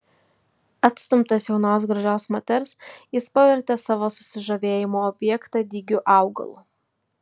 atstumtas jaunos gražios moters jis pavertė savo susižavėjimo objektą dygiu augalu